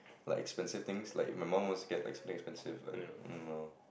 like expensive things like my mum wants to get like something expensive like no